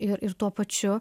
ir ir tuo pačiu